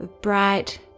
bright